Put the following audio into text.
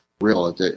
real